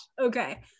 Okay